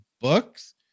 books